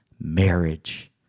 marriage